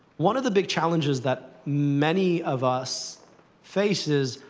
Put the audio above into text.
one of the big challenges that many of us face is,